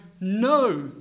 no